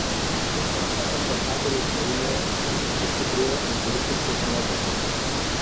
dirbant šiam ambasadoriui ukrainoje tik sustiprėjo antirusiškos nuotaikos